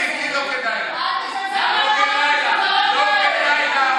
את לא מכירה את החוק, אל תתחילי איתי, לא כדאי לך.